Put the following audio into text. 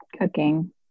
Cooking